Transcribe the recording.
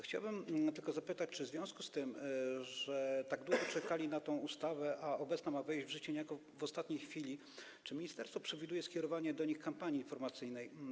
Chciałbym tylko zapytać, czy w związku z tym, że tak długo czekali na tę ustawę, a obecna ma wejść w życie niejako w ostatniej chwili, ministerstwo przewiduje skierowanie do nich kampanii informacyjnej?